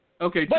Okay